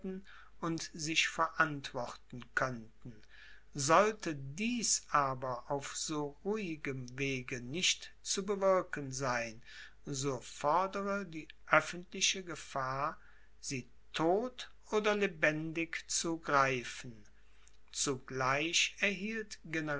und sich verantworten könnten sollte dies aber auf so ruhigem wege nicht zu bewirken sein so fordere die öffentliche gefahr sie todt oder lebendig zu greifen zugleich erhielt